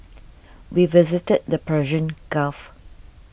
we visited the Persian Gulf